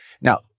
now